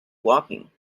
walking